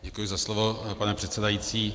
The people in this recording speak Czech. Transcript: Děkuji za slovo, pane předsedající.